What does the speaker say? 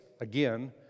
again